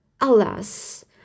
Alas